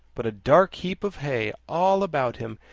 but a dark heap of hay all about him,